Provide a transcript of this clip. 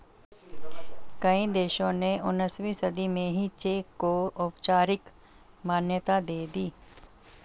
कई देशों ने उन्नीसवीं सदी में ही चेक को औपचारिक मान्यता दे दी